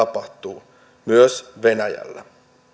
tapahtuu myös venäjällä